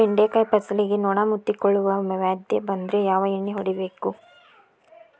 ಬೆಂಡೆಕಾಯ ಫಸಲಿಗೆ ನೊಣ ಮುತ್ತಿಕೊಳ್ಳುವ ವ್ಯಾಧಿ ಬಂದ್ರ ಯಾವ ಎಣ್ಣಿ ಹೊಡಿಯಬೇಕು?